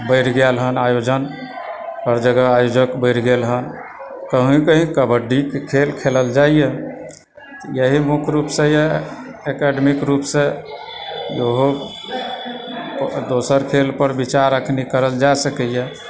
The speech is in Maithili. बढ़ि गेल हन आयोजन हर जगह आयोजक बढ़ि गेल हँ कही कही कबड्डीके खेल खेलल जाइए यही मुख्य रुपसँ यऽ ऐकडेमिकरुपसँ एहो दोसर खेल पर विचार अखन करल जा सकैयए